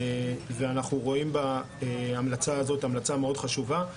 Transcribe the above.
אנחנו רואים בהמלצה הזו המלצה מאוד חשובה.